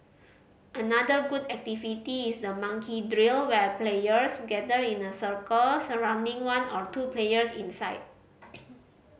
another good activity is the monkey drill where players gather in a circle surrounding one or two players inside